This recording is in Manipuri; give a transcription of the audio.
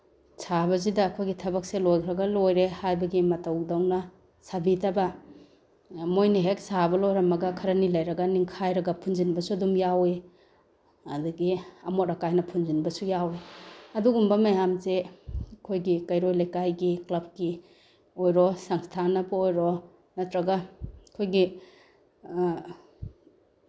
ꯁꯥꯕꯁꯤꯗ ꯑꯩꯈꯣꯏꯒꯤ ꯊꯕꯛꯁꯦ ꯂꯣꯏꯈ꯭ꯔꯒ ꯂꯣꯏꯔꯦ ꯍꯥꯏꯕꯒꯤ ꯃꯇꯧꯗꯧꯅ ꯁꯥꯕꯤꯗꯕ ꯃꯣꯏꯅ ꯍꯦꯛ ꯁꯥꯕ ꯂꯣꯏꯔꯝꯃꯒ ꯈꯔꯅꯤ ꯂꯩꯔꯒ ꯅꯤꯡꯈꯥꯏꯔꯒ ꯐꯨꯟꯖꯤꯟꯕꯁꯨ ꯑꯗꯨꯝ ꯌꯥꯎꯋꯤ ꯑꯗꯒꯤ ꯑꯃꯣꯠ ꯑꯀꯥꯏꯅ ꯐꯨꯟꯖꯤꯟꯕꯁꯨ ꯌꯥꯎꯋꯤ ꯑꯗꯨꯒꯨꯝꯕ ꯃꯌꯥꯝꯁꯦ ꯑꯩꯈꯣꯏꯒꯤ ꯀꯩꯔꯣꯜ ꯂꯩꯀꯥꯏꯒꯤ ꯀ꯭ꯂꯕꯀꯤ ꯑꯣꯏꯔꯣ ꯁꯪꯁꯊꯥꯟꯅꯕꯨ ꯑꯣꯏꯔꯣ ꯅꯠꯇ꯭ꯔꯒ ꯑꯩꯈꯣꯏꯒꯤ